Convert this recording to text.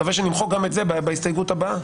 נקווה שנמחק גם את זה בהסתייגות הבאה.